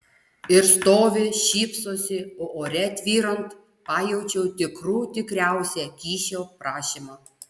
ir stovi šypsosi o ore tvyrant pajaučiau tikrų tikriausią kyšio prašymą